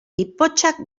ipotxak